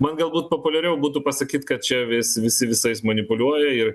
man galbūt populiariau būtų pasakyt kad čia vis visi visais manipuliuoja ir